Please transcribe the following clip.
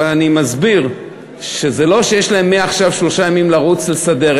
אבל אני מסביר שזה לא שיש להם מעכשיו שלושה ימים לרוץ לסדר,